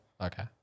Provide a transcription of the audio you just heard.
Okay